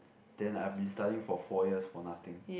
then I'll be studying for four years for nothing